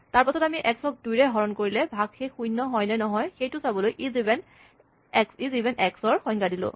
তাৰপাছত আমি এক্স ক দুইৰে হৰণ কৰিলে ভাগশেষ শূণ্য হয় নে নহয় সেইটো চাবলৈ ইজইভেন এক্স ৰ সংজ্ঞা দিলোঁ